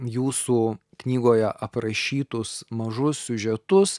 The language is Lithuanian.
jūsų knygoje aprašytus mažus siužetus